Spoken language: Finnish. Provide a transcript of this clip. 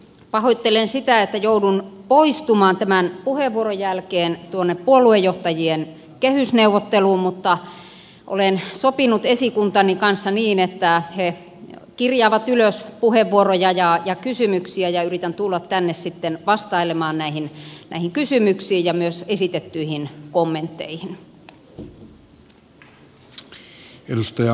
pahoittelen sitä että joudun poistumaan tämän puheenvuoron jälkeen tuonne puoluejohtajien kehysneuvotteluun mutta olen sopinut esikuntani kanssa niin että he kirjaavat ylös puheenvuoroja ja kysymyksiä ja yritän tulla tänne sitten vastailemaan näihin kysymyksiin ja myös esitettyihin kommentteihin